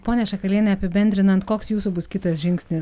ponia šakaliene apibendrinant koks jūsų bus kitas žingsnis